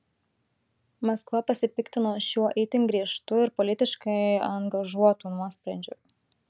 maskva pasipiktino šiuo itin griežtu ir politiškai angažuotu nuosprendžiu